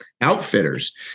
outfitters